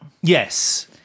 yes